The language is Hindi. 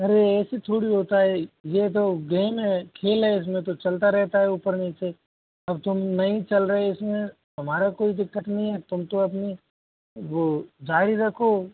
अरे ऐसे थोड़ी होता है ये तो गेम है खेल है इसमें तो चलता रहता है ऊपर नीचे अब तुम नहीं चल रहे इसमें हमारी कोई दिक्कत नहीं है तुम तो अपनी वो जारी रखो